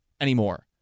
anymore